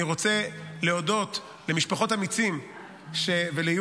אני רוצה להודות למשפחות ארגון אמיצים וליהודה,